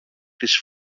της